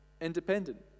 Independent